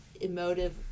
emotive